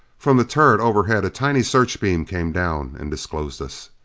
from the turret overhead a tiny search beam came down and disclosed us.